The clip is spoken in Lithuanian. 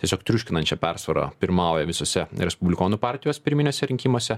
tiesiog triuškinančia persvara pirmauja visose respublikonų partijos pirminiuose rinkimuose